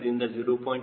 5 ದಿಂದ 0